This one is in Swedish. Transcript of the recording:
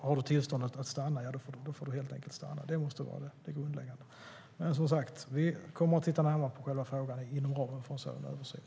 Har du tillstånd att stanna får du helt enkelt stanna. Det måste vara det grundläggande. Men, som sagt, vi kommer att titta närmare på själva frågan inom ramen för en sådan översyn.